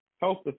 health